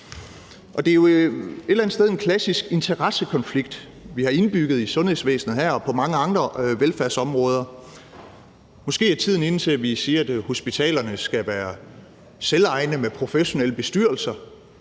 Det er jo et eller andet sted en klassisk interessekonflikt, vi her har indbygget i sundhedsvæsenet og på mange andre velfærdsområder. Måske er tiden inde til, at vi siger, at hospitalerne skal være selvejende med professionelle bestyrelser,